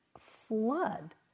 flood